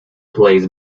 plays